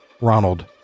Ronald